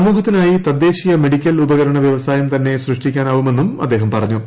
സമൂഹത്തിനായി തദ്ദേശീയ മെഡിക്കൽ ഉപകരണ വൃവസായം തന്നെ സൃഷ്ടിക്കാനാവുമെന്നും അദ്ദേഹം പറഞ്ഞു